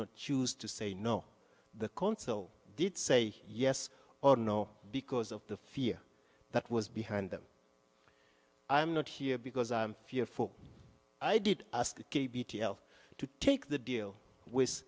not choose to say no the council did say yes or no because of the fear that was behind them i'm not here because i'm fearful i did ask to take the deal with